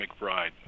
McBride